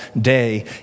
day